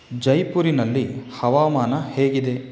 ಜೈಪುರಿನಲ್ಲಿ ಹವಾಮಾನ ಹೇಗಿದೆ